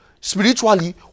spiritually